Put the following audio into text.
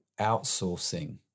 outsourcing